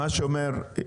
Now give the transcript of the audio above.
מה שאומר,